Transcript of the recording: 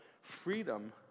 freedom